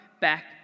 back